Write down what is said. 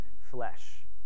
flesh